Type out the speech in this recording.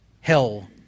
hell